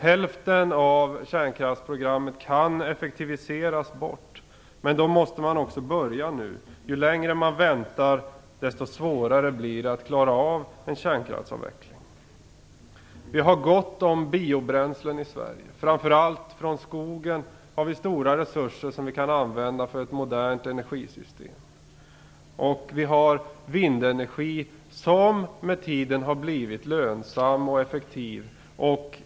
Hälften av kärnkraftsprogrammet kan effektiviseras bort. Men då måste vi börja nu. Ju längre vi väntar desto svårare blir det att klara en kärnkraftsutveckling. Vi har gott om biobränslen i Sverige. Framför allt från skogen kan vi hämta stora resurser som vi kan använda för ett modernt energisystem. Vi har vindenergi som med tiden har blivit lönsam och effektiv.